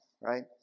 right